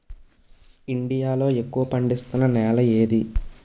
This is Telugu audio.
ఇండియా లో ఎక్కువ పండిస్తున్నా నేల ఏది?